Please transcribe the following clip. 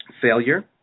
failure